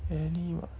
any what